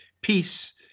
peace